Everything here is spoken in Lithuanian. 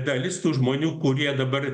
dalis tų žmonių kurie dabar